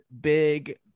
big